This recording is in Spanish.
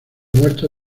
muerto